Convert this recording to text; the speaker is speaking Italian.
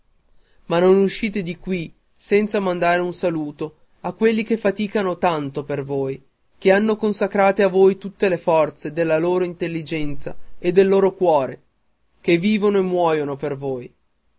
ma non uscite di qui senza mandare un saluto a quelli che faticano tanto per voi che hanno consacrato a voi tutte le forze della loro intelligenza e del loro cuore che vivono e muoiono per voi